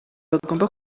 bagomba